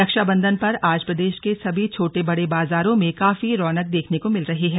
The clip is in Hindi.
रक्षाबंधन पर आज प्रदेश के सभी छोटे बड़े बाजारों में काफी रौनक देखने को मिल रही है